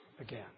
again